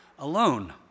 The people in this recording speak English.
alone